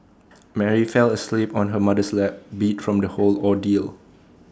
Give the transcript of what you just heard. Mary fell asleep on her mother's lap beat from the whole ordeal